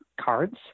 cards